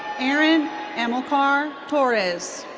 aaron amilcar torres.